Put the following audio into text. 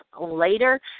later